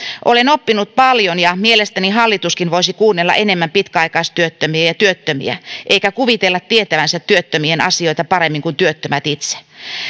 olen oppinut paljon ja mielestäni hallituskin voisi kuunnella enemmän pitkäaikaistyöttömiä ja työttömiä eikä kuvitella tietävänsä työttömien asioista paremmin kuin työttömät itse